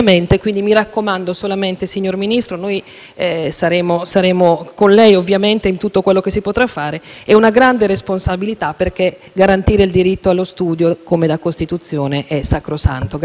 signor Ministro: noi saremo con lei, ovviamente, in tutto quello che si potrà fare. È una grande responsabilità, perché garantire il diritto allo studio, come da Costituzione, è sacrosanto.